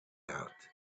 out